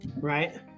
Right